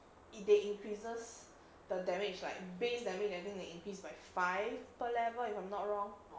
they increases the damage like base damage they increased by five per level if I'm not wrong